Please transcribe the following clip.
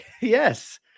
Yes